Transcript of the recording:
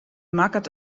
makket